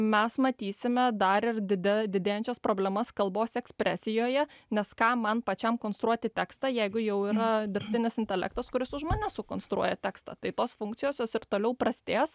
mes matysime dar ir dide didėjančias problemas kalbos ekspresijoje nes kam man pačiam konstruoti tekstą jeigu jau yra dirbtinis intelektas kuris už mane sukonstruoja tekstą tai tos funkcijos jos ir toliau prastės